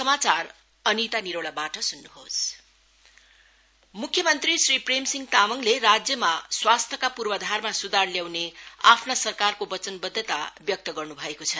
CM छासोक Tongnam मुख्यमन्त्री श्री प्रेमसिंह तामाङले राज्यमा स्वास्थ्यका पूर्वाधारमा सुधार ल्याउने आफ्ना सरकारको वचनवद्वता व्यक्त गर्नु भएको छ